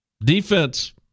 defense